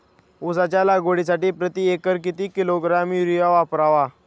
उसाच्या लागवडीसाठी प्रति एकर किती किलोग्रॅम युरिया वापरावा?